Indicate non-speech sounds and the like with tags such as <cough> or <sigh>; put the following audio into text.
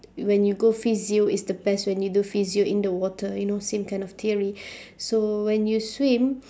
when you go physio it's the best when you do physio in the water you know same kind of theory <breath> so when you swim